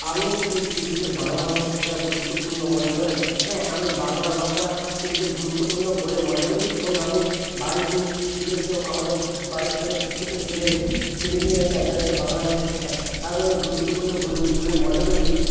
আপনি কি শিশুদের বাংলা ভাষা শেখানো গুরুত্বপূর্ণ মনে করেন হ্যাঁ আমি বাংলা ভাষা শিশুদের গুরুত্বপূর্ণ বলে মনে করি এবং আমি বাড়িতে যেগুলো সব আমাদের বাড়ির সামনে ছোটো ছোটো ছেলে ছেলে মেয়ে আছে আমি তাদেরকে বাংলা ভাষা শেখাই কারণ আমি গুরুত্বপূর্ণ বলে মনে করি